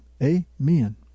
amen